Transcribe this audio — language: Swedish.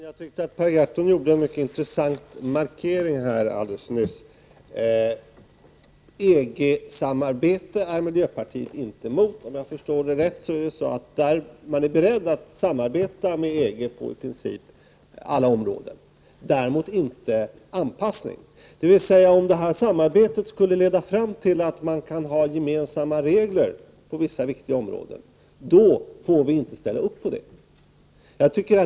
Fru talman! Jag tycker att Per Gahrton gjorde en mycket intressant markering här alldeles nyss när han sade att miljöpartiet inte är emot EG-samarbete. Om jag förstår det rätt är man beredd att samarbeta med EG på i princip alla områden, men däremot är man inte beredd till anpassningar. Det betyder att om detta samarbete skulle leda fram till att man kan ha gemensamma regler på vissa viktiga områden, får vi inte ställa upp på det.